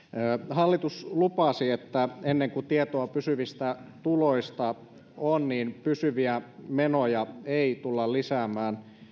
hallitus lupasi että ennen kuin tietoa pysyvistä tuloista on niin pysyviä menoja ei tulla lisäämään